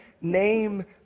name